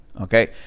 Okay